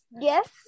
yes